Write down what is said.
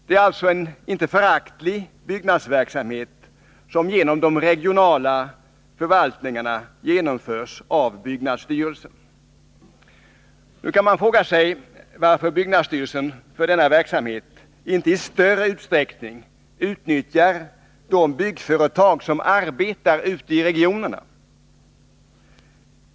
Det är alltså en inte föraktlig byggnadsverksamhet som genom de regionala förvaltningarna bedrivs av byggnadsstyrelsen. Man kan fråga sig varför byggnadsstyrelsen för sin byggnadsverksamhet inte i större utsträckning utnyttjar de byggföretag som arbetar inom regionerna.